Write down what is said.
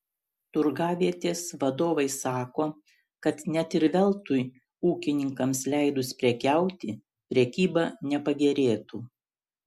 turgavietės vadovai sako kad net ir veltui ūkininkams leidus prekiauti prekyba nepagerėtų